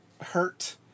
hurt